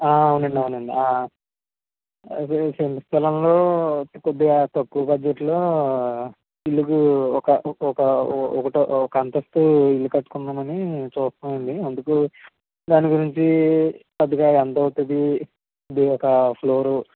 అవునండీ అవునండీ అదే సెంటు స్థలంలో కొద్దిగా తక్కువ బడ్జెట్లో ఇల్లు ఒక ఒక ఒకటో ఒక అంతస్తు ఇల్లు కట్టుకుందామని చూస్తున్నాం అండి అందుకు దాని గురించి పెద్దగా ఎంత అవుతది ఇది ఒక ఫ్లోర్